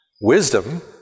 Wisdom